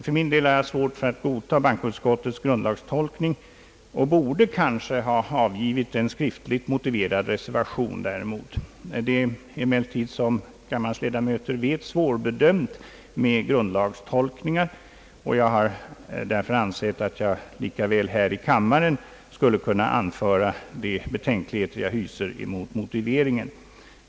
För min del har jag svårt att godta bankoutskottets grundlagstolkning, och jag borde kanske ha avgivit en skriftligt motiverad reservation däremot. Det är emellertid, som kammarens ledamöter vet, svårt med grundlagstolkningar, och jag har därför ansett mig oförhindrad att i stället här i kammaren anföra mina betänkligheter mot motiveringen.